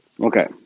Okay